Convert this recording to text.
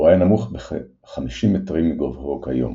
והוא היה נמוך בכ-50 מטרים מגובהו כיום.